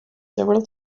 several